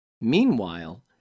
Meanwhile